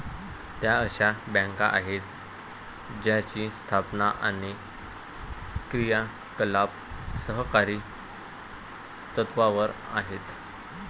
त्या अशा बँका आहेत ज्यांची स्थापना आणि क्रियाकलाप सहकारी तत्त्वावर आहेत